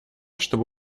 чтобы